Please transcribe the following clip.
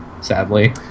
Sadly